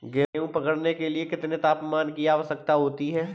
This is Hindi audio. गेहूँ पकने के लिए कितने तापमान की आवश्यकता होती है?